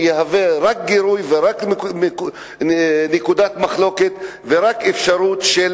שיהווה רק גירוי ורק נקודת מחלוקת ורק אפשרות של